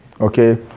okay